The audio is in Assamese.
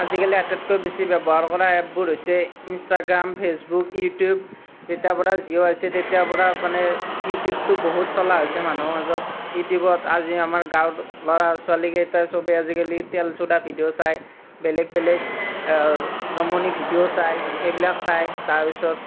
আজিকালি আটাইতকৈ বেছি ব্যৱহাৰ কৰা এপবোৰ হৈছে ইনষ্টাগ্ৰাম ফেচবুক ইউটিউব যেতিয়াৰ পৰা জিঅ' আহিছে তেতিয়াৰ পৰা মানে ইউটিউবটো বহুত চলা হৈছে মানুহৰ মাজত ইউটিউবত আজি আমাৰ গাঁৱৰ ল'ৰা ছোৱালীকেইটা সবে আজিকালি তেলচূড়া ভিডিঅ' চায় বেলেগ বেলেগ জমনি ভিডিঅ' চায় সেইবিলাক চায় তাৰপিছত